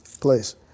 place